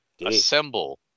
assemble